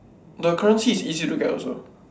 the currency is easy to get also